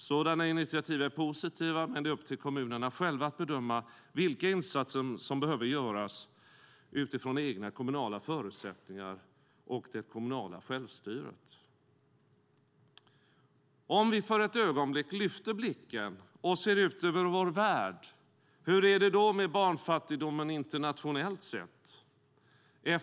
Sådana initiativ är positiva, men det är upp till kommunerna själva att bedöma vilka insatser som behöver genomföras utifrån egna kommunala förutsättningar och det kommunala självstyret. Låt oss för ett ögonblick lyfta blicken och se ut över vår värld! Hur är det då med barnfattigdomen internationellt sett?